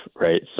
right